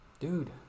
Dude